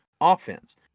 offense